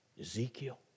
Ezekiel